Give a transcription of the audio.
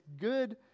good